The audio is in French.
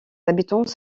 habitants